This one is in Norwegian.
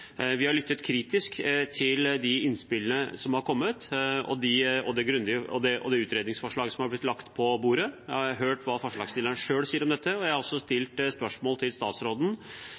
Vi har lyttet kritisk til de innspillene som har kommet, og utredningsforslaget som er blitt lagt på bordet, og har hørt hva forslagsstillerne selv sier om dette. Jeg har også stilt spørsmål til statsråden